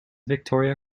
victoria